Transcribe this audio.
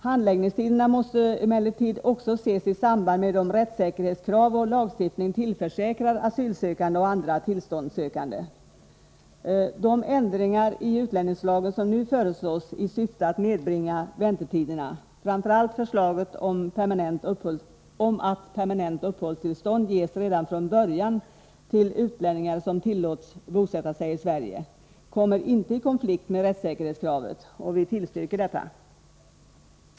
Handläggningstiderna måste emellertid också ses i samband med den rättssäkerhet vår lagstiftning tillförsäkrar asylsökande och andra tillståndssökande. De ändringar i utlänningslagen som nu föreslås i syfte att nedbringa väntetiderna, framför allt förslaget om att permanent uppehållstillstånd ges redan från början till utlänningar som tillåts bosätta sig i Sverige, kommer inte i konflikt med rättssäkerhetskravet. Vi tillstyrker dem.